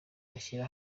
bashyira